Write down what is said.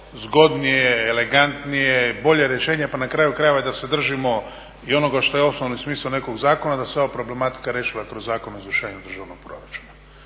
zgodnije, elegantnije, bolje rješenje pa na kraju krajeva i da se držimo i ono što je osnovni smisao nekog zakona, da se ova problematika riješila kroz Zakon o izvršenju državnog proračuna,